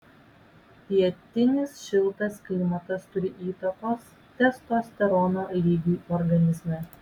pietinis šiltas klimatas turi įtakos testosterono lygiui organizme